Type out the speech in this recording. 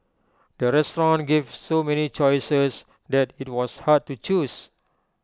the restaurant gave so many choices that IT was hard to choose